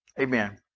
Amen